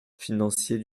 financier